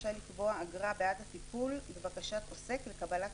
רשאי לקבוע אגרה בעד הטיפול בבקשת עוסק לקבלת